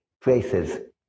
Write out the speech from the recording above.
traces